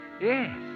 Yes